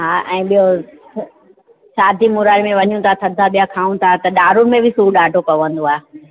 हा ऐं ॿियो थ शादी मुरादी में वञू था थदा ॿिया खाऊं था त दाड़ू में बि सूर ॾाढो पवंदो आहे